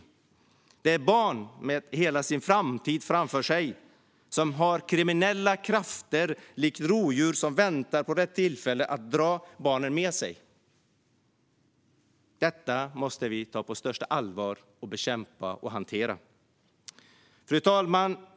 Det handlar om barn med hela framtiden framför sig, men kriminella krafter väntar likt rovdjur på rätt tillfälle att dra barnen med sig. Detta måste vi ta på största allvar, bekämpa och hantera. Fru talman!